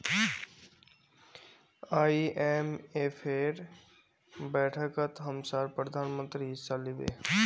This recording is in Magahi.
आईएमएफेर बैठकत हमसार प्रधानमंत्री हिस्सा लिबे